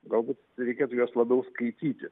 galbūt reikėtų juos labiau skaityti